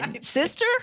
sister